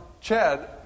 Chad